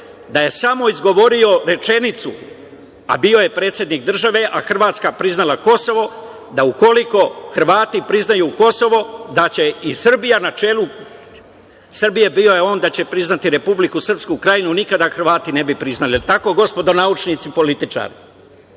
da je samo izgovorio rečenicu, a bio je predsednik države, a Hrvatska priznala Kosovo - da ukoliko Hrvati priznaju Kosovo da će i Srbija, na čelu Srbije bio je on, da će priznati Republiku Srpsku Krajinu, nikada Hrvati ne bi priznali. Jel tako, gospodo naučnici i političari? Voleo